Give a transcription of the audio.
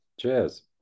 cheers